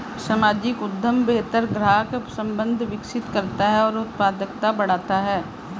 सामाजिक उद्यम बेहतर ग्राहक संबंध विकसित करता है और उत्पादकता बढ़ाता है